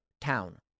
town